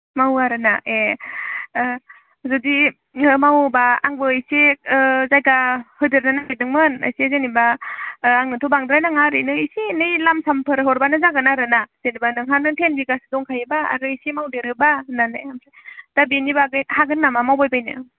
मावो आरो ना ए ओ जुदि ओ मावोबा आंबो इसे ओ जायगा होदेरनो नागिरदोंमोन इसे जेनेबा ओ आंनोथ' बांद्राय नाङा ओरैनो इसे एनै लाम साम फोर हरबानो जागोन आरो ना जेनेबा नोंहा नों टेन बिगासो दंखायोबा आरो इसे मावदेरोबा होननानै दा बेनि बागै हागोन नामा मावबाय बायनो